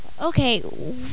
Okay